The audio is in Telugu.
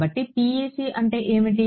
కాబట్టి PEC అంటే ఏమిటి